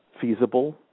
feasible